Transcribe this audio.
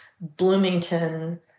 bloomington